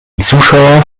zuschauer